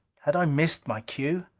had i missed my cue?